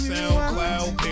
SoundCloud